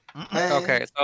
Okay